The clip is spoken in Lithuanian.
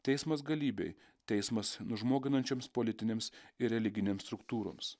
teismas galybei teismas nužmoginančioms politinėms ir religinėms struktūroms